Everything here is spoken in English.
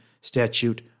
statute